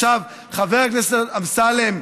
חבר הכנסת אמסלם,